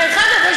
דרך אגב,